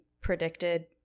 predicted